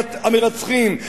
בשביית המרצחים,